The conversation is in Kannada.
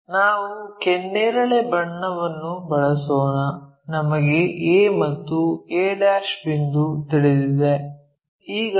ನಾವು ಕೆನ್ನೇರಳೆ ಬಣ್ಣವನ್ನು ಬಳಸೋಣ ನಮಗೆ a ಮತ್ತು a' ಬಿಂದು ತಿಳಿದಿವೆ